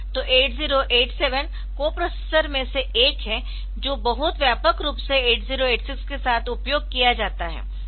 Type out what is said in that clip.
तो 8087 कोप्रोसेसर में से एक है जो बहुत व्यापक रूप से 8086 के साथ उपयोग किया जाता है